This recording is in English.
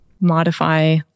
modify